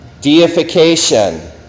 Deification